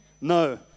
No